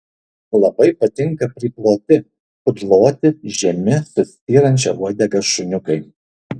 labai patinka priploti kudloti žemi su styrančia uodega šuniukai